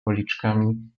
policzkami